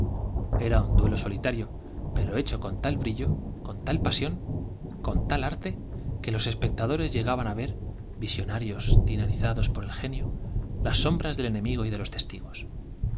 era un duelo solitario pero hecho con tal brillo con tal con tal arte que los espectadores llegaban pasión visionarios tiranizados por el genio las á ver sombras del enemigo y de los testigos